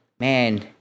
man